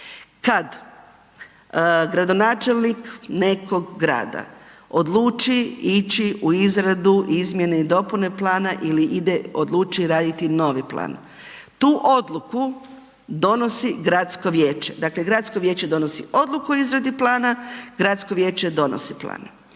kad gradonačelnik nekog grada odluči ići u izradu, izmjene i dopune plana ili ide, odluči raditi novi plan, tu odluku donosi gradsko vijeće. Dakle, gradsko vijeće donosi odluku o izradi plana, gradsko vijeće donosi plan.